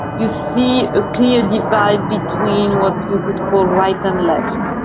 you see a clear divide between what you could call right and left.